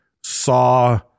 saw